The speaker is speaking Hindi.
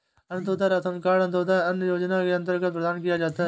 अंतोदय राशन कार्ड अंत्योदय अन्न योजना के अंतर्गत प्रदान किया जाता है